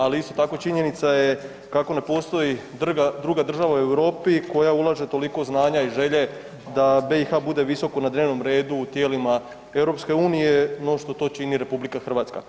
Ali isto tako činjenica je kako ne postoji druga država u Europi koja ulaže toliko znanja i želje da BiH bude visoko na dnevnom redu u tijelima EU no što to čini Republika Hrvatska.